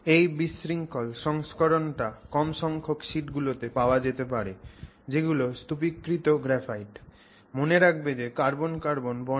এই বিশৃঙ্খল সংস্করণ টা কম সংখ্যক শিট গুলো তে পাওয়া যেতে পারে যেগুলো স্তুপীকৃত নয় এবং যার টার্বোস্টাটিক বিশৃঙ্খলতা আছে